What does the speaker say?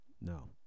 No